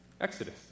Exodus